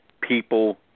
people